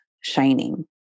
shining